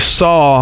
saw